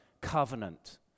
covenant